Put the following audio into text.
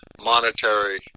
monetary